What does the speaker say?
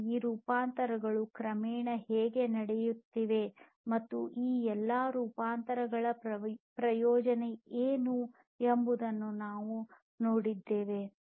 ಮತ್ತು ಈ ರೂಪಾಂತರಗಳು ಕ್ರಮೇಣ ಹೇಗೆ ನಡೆಯುತ್ತಿವೆ ಮತ್ತು ಈ ಎಲ್ಲಾ ರೂಪಾಂತರಗಳ ಪ್ರಯೋಜನವೇನು ಎಂಬುದನ್ನು ನಾವು ನೋಡಿದ್ದೇವೆ